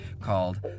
called